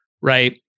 right